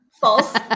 false